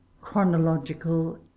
chronological